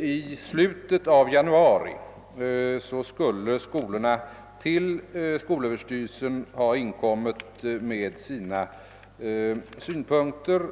I slutet av januari skulle skolorna ha besvarat formulären. Det har inte förflutit en månad sedan dess.